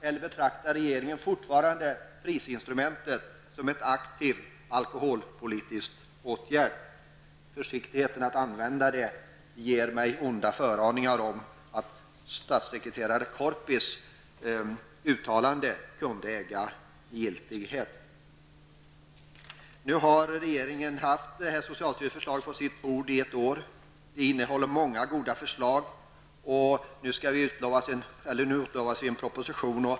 Eller betraktar regeringen fortfarande prisinstrumentet som en aktiv alkoholpolitisk åtgärd? Försiktigheten att använda det ger mig onda föraningar om att statssekreterare Sture Korpis uttalande kan äga giltighet. Nu har regeringen haft socialstyrelsens förslag på sitt bord ett år. Det innehåller många goda förslag, och nu utlovas en proposition.